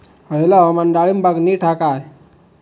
हयला हवामान डाळींबाक नीट हा काय?